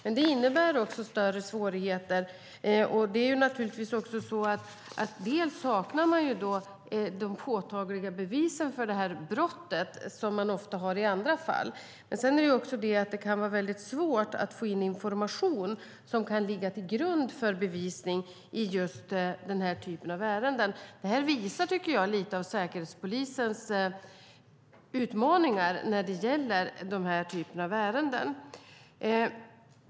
Men det innebär också större svårigheter. Det är naturligtvis också så att man saknar de påtagliga bevisen för detta brott som man ofta har i andra fall. Sedan kan det också vara mycket svårt att få in information som kan ligga till grund för bevisning i just denna typ av ärenden. Jag tycker att detta visar lite av Säkerhetspolisens utmaningar när det gäller denna typ av ärenden.